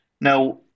Now